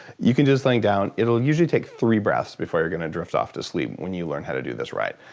you can just lay down. it'll usually take three breaths before you're gonna drift off to sleep when you learn how to do this right.